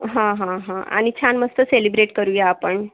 हा हा हा आणि छान मस्त सेलिब्रेट करूया आपण